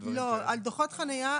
חניה?